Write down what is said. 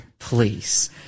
please